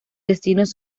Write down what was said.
destinos